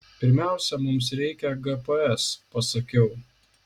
pirmiausia mums reikia gps pasakiau